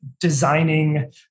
designing